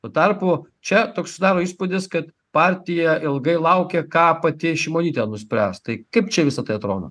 tuo tarpu čia toks susidaro įspūdis kad partija ilgai laukė ką pati šimonytė nuspręs tai kaip čia visa tai atrodo